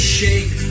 shake